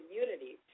communities